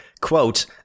Quote